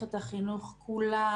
מערכת החינוך כולם